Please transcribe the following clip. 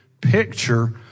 picture